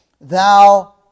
Thou